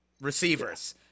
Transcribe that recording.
receivers